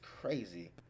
crazy